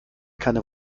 keine